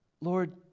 Lord